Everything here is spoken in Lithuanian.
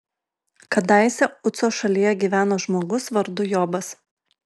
kadaise uco šalyje gyveno žmogus vardu jobas